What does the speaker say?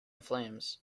flames